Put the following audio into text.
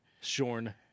Shorn